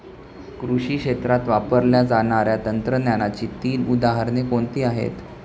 कृषी क्षेत्रात वापरल्या जाणाऱ्या तंत्रज्ञानाची तीन उदाहरणे कोणती आहेत?